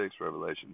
Revelation